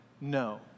no